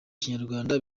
kinyarwanda